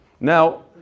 now